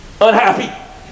unhappy